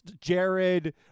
Jared